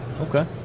Okay